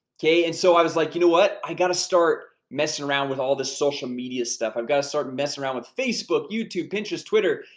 and so i was like, you know what, i gotta start messing around with all this social media stuff, i've gotta start messing around with facebook, youtube, pinterest, twitter.